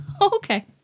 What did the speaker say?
Okay